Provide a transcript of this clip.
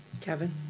Kevin